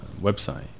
Website